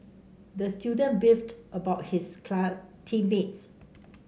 the student beefed about his team mates